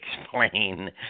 explain